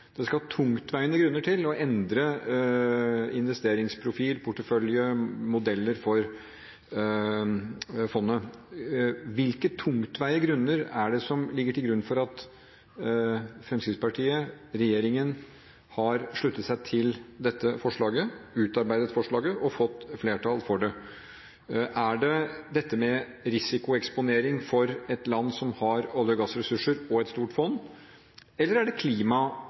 til for å endre investeringsprofil, portefølje og modeller for fondet. Hvilke tungtveiende grunner er det som ligger til grunn for at Fremskrittspartiet og regjeringen har sluttet seg til dette forslaget, utarbeidet forslaget og fått flertall for det? Er det risikoeksponering for et land som har olje- og gassressurser og et stort fond, eller er det